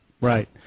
right